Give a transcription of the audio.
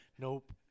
Nope